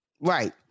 Right